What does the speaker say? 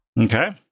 Okay